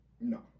No